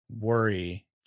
worry